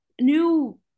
new